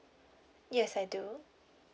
yes I do